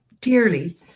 dearly